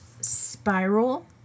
Spiral